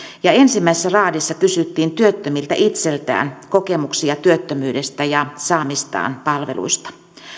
ja ensimmäisessä raadissa kysyttiin työttömiltä itseltään kokemuksia työttömyydestä ja saamistaan palveluista